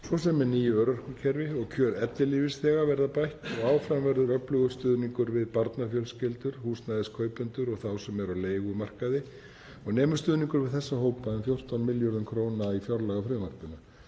svo sem með nýju örorkukerfi og kjör ellilífeyrisþega verða bætt og áfram verður öflugur stuðningur við barnafjölskyldur, húsnæðiskaupendur og þá sem eru á leigumarkaði og nemur stuðningur við þessa hópa um 14 milljörðum kr. i fjárlagafrumvarpinu.